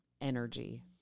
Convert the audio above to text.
energy